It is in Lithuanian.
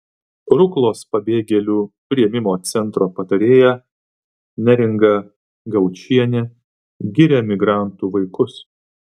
ruklos pabėgėlių priėmimo centro patarėja neringa gaučienė giria migrantų vaikus